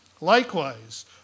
Likewise